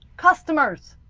customers!